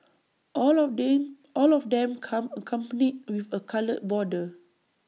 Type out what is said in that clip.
all of them all of them come accompanied with A coloured border